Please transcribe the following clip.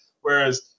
Whereas